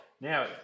Now